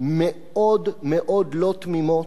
מאוד מאוד לא תמימות,